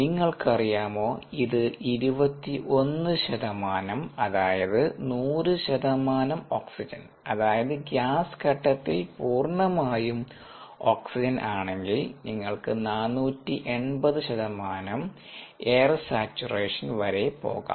നിങ്ങൾക്കറിയാമോ ഇത് 21 ശതമാനം അതായത് 100 ശതമാനം ഓക്സിജൻ അതായത് ഗ്യാസ് ഘട്ടത്തിൽ പൂർണ്ണമായും ഓക്സിജൻ ആണെങ്കിൽ നിങ്ങൾക്ക് 480 ശതമാനം എയർ സാച്ചുറേഷൻ വരെ പോകാം